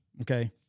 Okay